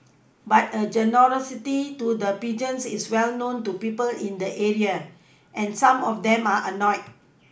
but her generosity to the pigeons is well known to people in the area and some of them are annoyed